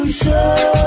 show